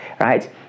right